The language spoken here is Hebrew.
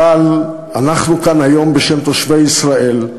אבל אנחנו כאן היום בשם תושבי ישראל,